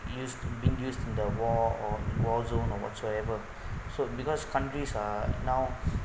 used means used in the war or war zone or whatsoever so because countries are now